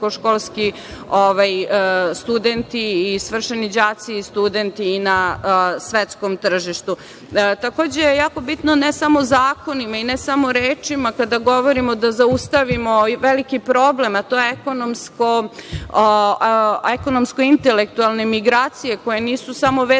visokoškolski studenti i svršeni đaci i studenti na svetskom tržištu. Takođe, jako je bitno ne samo zakonima, ne samo rečima, kada govorimo da zaustavimo veliki problem, a to je ekonomsko intelektualne migracije koje nisu samo vezane